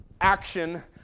action